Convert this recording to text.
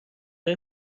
راه